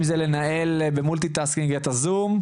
אם זה לנהל במולטי-טסקינג את הזום,